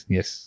Yes